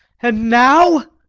and now?